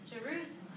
Jerusalem